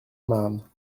marne